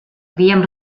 havíem